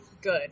good